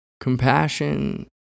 compassion